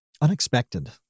unexpected